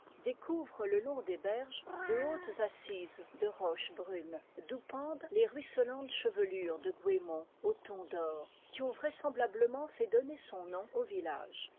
découvre le long des berges de hautes assises de roches brunes d'où pendent les ruisselantes chevelures de goémons aux tons d'or qui ont vraisemblablement fait donner son nom au village